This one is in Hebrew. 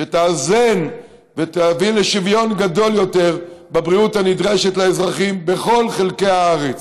שתאזן ותביא לשוויון גדול יותר בבריאות הנדרשת לאזרחים בכל חלקי הארץ.